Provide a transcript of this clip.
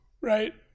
right